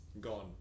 gone